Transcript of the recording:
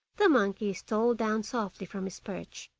the monkey stole down softly from his perch,